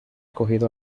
cogido